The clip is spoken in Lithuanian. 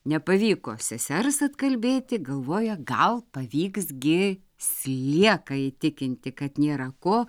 nepavyko sesers atkalbėti galvoja gal pavyks gi slieką įtikinti kad nėra ko